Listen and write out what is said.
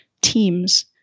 teams